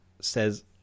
says